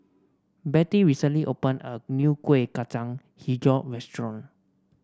Bettie recently opened a new Kuih Kacang hijau restaurant